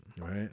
right